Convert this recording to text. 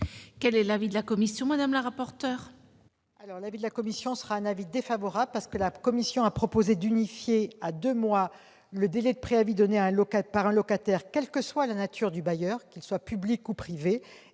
Quel est l'avis de la commission ?